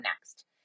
next